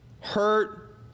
hurt